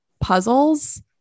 puzzles